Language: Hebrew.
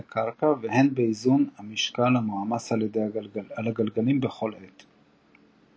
הקרקע והן באיזון המשקל המועמס על הגלגלים בכל עת.